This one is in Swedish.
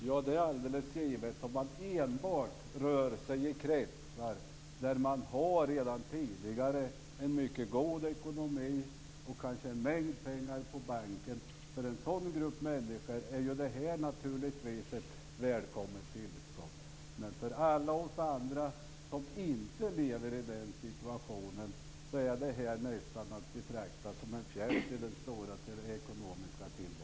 Fru talman! Ja, om man enbart rör sig i kretsar av människor som sedan tidigare har en mycket god ekonomi är det givetvis så. Kanske har de en mängd pengar på banken. För den gruppen är det här naturligtvis ett välkommet tillskott. Men för alla oss andra som inte lever i den situationen är det här nästan att betrakta som en fjärt i den ekonomiska tillvaron i stort.